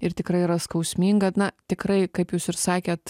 ir tikrai yra skausminga na tikrai kaip jūs ir sakėt